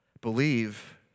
believe